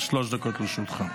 שלוש דקות לרשותך.